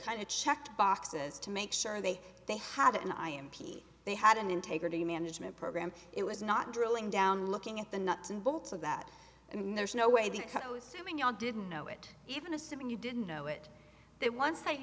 kind of checked boxes to make sure they they had and i am p t they had an integrity management program it was not drilling down looking at the nuts and bolts of that and there's no way they didn't know it even assuming you didn't know it that once th